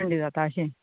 थंडी जाता अशीं